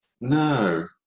No